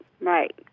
right